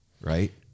Right